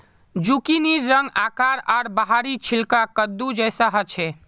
जुकिनीर रंग, आकार आर बाहरी छिलका कद्दू जैसा ह छे